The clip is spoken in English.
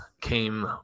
came